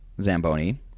Zamboni